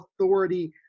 Authority